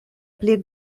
pli